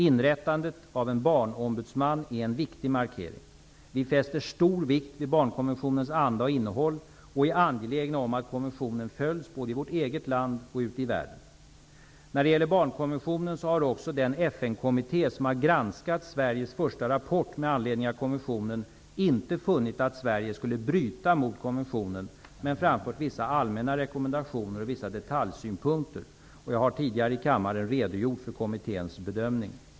Inrättandet av en barnombudsman är en viktig markering. Vi fäster stor vikt vid barnkonventionens anda och innehåll och är angelägna om att konventionen följs både i vårt eget land och ute i världen. När det gäller barnkonventionen har också den FN kommitté som har granskat Sveriges första rapport med anledning av konventionen inte funnit att Sverige skulle bryta mot konventionen men framfört vissa allmänna rekommendationer och vissa detaljsynpunkter. Jag har tidigare i kammaren redogjort för kommitténs bedömning.